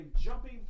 jumping